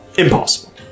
Impossible